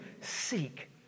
seek